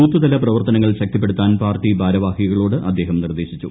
ബൂത്ത്തല പ്രവർത്തനങ്ങൾ ശക്തിപ്പെടുത്താൻ പാർട്ടി ഭാരവാഹികളോട് അദ്ദേഹം നിർദ്ദേശിച്ചു